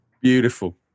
beautiful